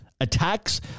attacks